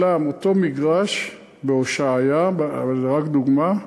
אצלם אותו מגרש בהושעיה, אבל זה רק דוגמה,